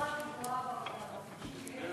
הכנסת חאג' יחיא,